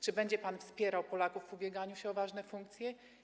Czy będzie pan wspierał Polaków w ubieganiu się o ważne funkcje?